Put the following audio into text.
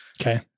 Okay